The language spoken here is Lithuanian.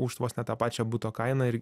už tuos net tą pačią buto kainą ir